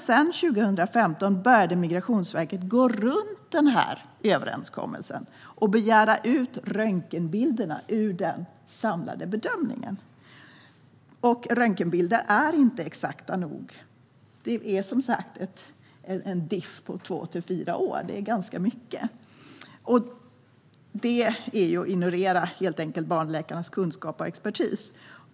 År 2015 började Migrationsverket gå runt denna överenskommelse och begära ut röntgenbilderna ur den samlade bedömningen. Röntgenbilder är dock inte särskilt exakta eftersom det som sagt är en differens på två till fyra år, vilket är ganska mycket. Migrationsverket ignorerade helt enkelt barnläkarnas kunskap och expertis.